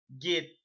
get